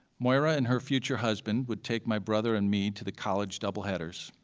moira and her future husband would take my brother and me to the college double-headers,